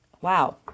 Wow